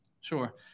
Sure